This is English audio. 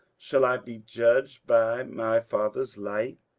shall i be judged by my father's light?